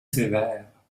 sévère